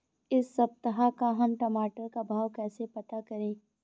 इस सप्ताह का हम टमाटर का भाव कैसे पता करें?